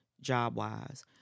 job-wise